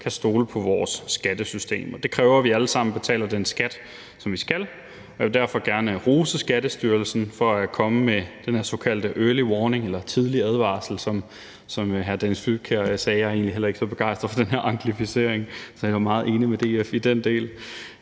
kan stole på vores skattesystem. Det kræver, at vi alle sammen betaler den skat, som vi skal, og jeg vil derfor gerne rose Skattestyrelsen for at komme med den her såkaldte early warning, eller tidlige advarsel, som hr. Dennis Flydtkjær sagde – jeg er egentlig heller ikke så begejstret for den her anglificering; jeg er meget enig med DF i den del.